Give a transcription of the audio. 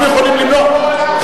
אנחנו יכולים למנוע,